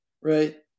right